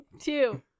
two